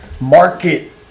market